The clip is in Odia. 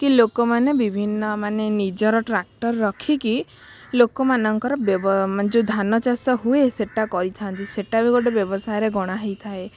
କି ଲୋକମାନେ ବିଭିନ୍ନ ମାନେ ନିଜର ଟ୍ରାକ୍ଟର୍ ରଖିକି ଲୋକମାନଙ୍କର ମାନେ ଯେଉଁ ଧାନଚାଷ ହୁଏ ସେଟା କରିଥାନ୍ତି ସେଟା ବି ଗୋଟେ ବ୍ୟବସାୟରେ ଗଣା ହେଇଥାଏ